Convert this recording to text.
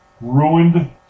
Ruined